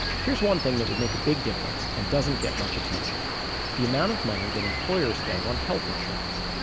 here's one thing that would make a big difference and doesn't get much attention the amount of money that employers spend on health insurance.